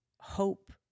hope